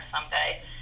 someday